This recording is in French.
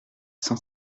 cent